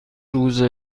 روز